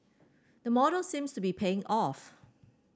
the model seems to be paying off